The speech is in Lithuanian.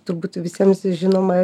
turbūt visiems žinoma